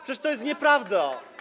Przecież to jest nieprawda.